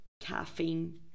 caffeine